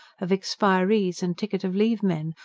of expirees and ticket-of-leave men,